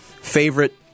Favorite